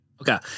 Okay